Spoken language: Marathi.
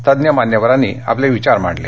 तज्ज्ञ मान्यवरांनी आपले विचार मांडले